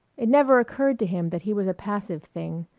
it never occurred to him that he was a passive thing,